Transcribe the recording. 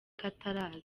kataraza